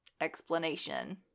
explanation